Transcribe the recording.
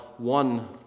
one